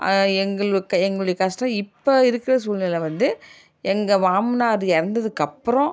எங்களுக்கு எங்களுடைய கஷ்டம் இப்போ இருக்கிற சூல்நிலை வந்து எங்கள் மாமனார் இறந்ததுக்கு அப்பறம்